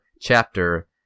chapter